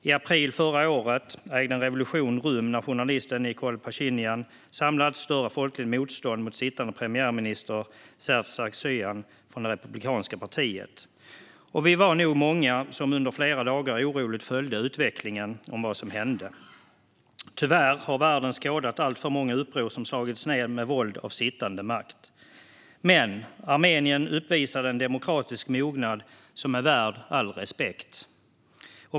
I april förra året ägde en revolution rum när journalisten Nikol Pasjinian samlade allt större folkligt motstånd mot sittande premiärminister Serzj Sargsyan från Republikanska partiet. Vi var nog många som under flera dagar oroligt följde utvecklingen och vad som hände. Tyvärr har världen skådat alltför många uppror som slagits ned med våld av sittande makt. Men Armenien uppvisade en demokratisk mognad som är värd all respekt.